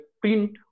print